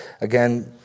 Again